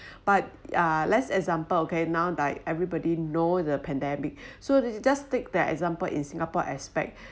but uh less example okay now like everybody know the pandemic so there's just take that example in singapore aspect